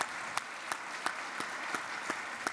(מחיאות כפיים)